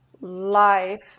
life